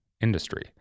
industry